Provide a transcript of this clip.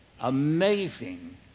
Amazing